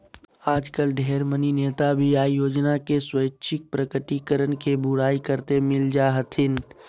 आजकल ढेर मनी नेता भी आय योजना के स्वैच्छिक प्रकटीकरण के बुराई करते मिल जा हथिन